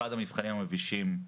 אחד המבחנים המבישים,